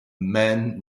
man